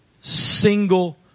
single